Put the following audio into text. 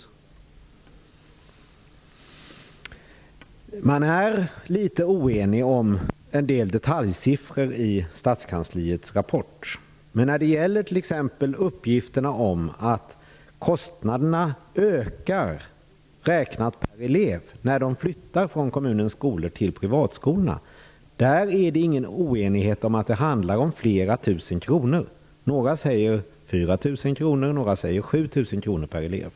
I stadskansliets rapport är man litet oenig om en del detaljsiffror. Men det råder ingen oenighet om att kostnaderna per elev ökar när eleven flyttar från kommunens skola till en privat skola. Då handlar det om en ökning om flera tusen kronor. Några säger att kostnaderna ökar med 4 000 kr och andra säger att de ökar med 7 000 kr per elev.